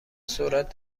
سرعت